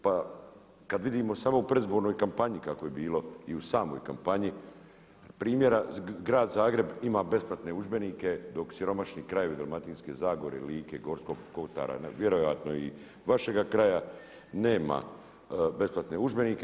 Pa kada vidimo samo u predizbornoj kampanji kako je bilo i u samoj kampanji, primjer, grad Zagreb ima besplatne udžbenike dok siromašni krajevi Dalmatinske zagore, Like, Gorskog kotara vjerojatno i vašega kraja nema besplatne udžbenike.